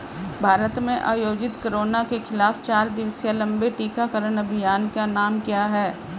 भारत में आयोजित कोरोना के खिलाफ चार दिवसीय लंबे टीकाकरण अभियान का क्या नाम है?